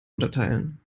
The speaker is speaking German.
unterteilen